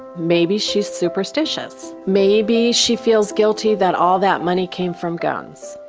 maybe she's superstitious. maybe she feels guilty that all that money came from guns.